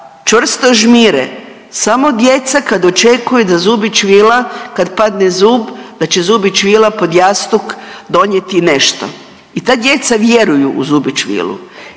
čvrsto žmire samo djeca kad očekuju da zubić vila kad padne zub, da će zubić vila pod jastuk donijeti nešto. I ta djeca vjeruju u zubić vilu.